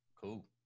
Cool